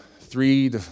three